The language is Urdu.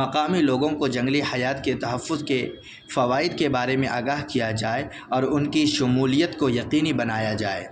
مقامی لوگوں کو جنگلی حیات کے تحفظ کے فوائد کے بارے میں آگاہ کیا جائے اور ان کی شمولیت کو یقینی بنایا جائے